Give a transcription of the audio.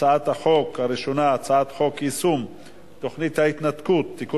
הצעת החוק הראשונה: הצעת חוק יישום תוכנית ההתנתקות (תיקון